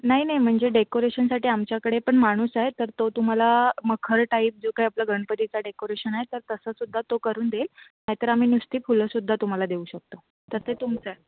नाही नाही म्हणजे डेकोरेशनसाठी आमच्याकडे पण माणूस आहे तर तो तुम्हाला मखर टाइप जो काय आपला गणपतीचा डेकोरेशन आहे तर तसंसुद्धा तो करून देईल नाहीतर आम्ही नुसती फुलंसुद्धा तुम्हाला देऊ शकतो तर ते तुमचं आहे